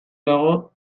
dago